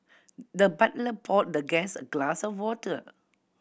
the butler poured the guest a glass of water